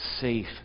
safe